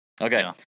Okay